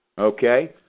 Okay